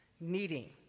needing